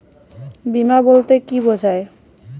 বিমা বলতে কি বোঝায়?